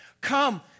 Come